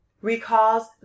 recalls